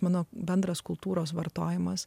mano bendras kultūros vartojimas